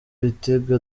bitega